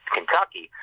Kentucky